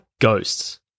ghosts